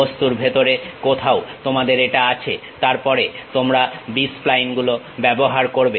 বস্তুর ভেতরে কোথাও তোমাদের এটা আছে তারপরে তোমরা B স্প্লাইন গুলো ব্যবহার করবে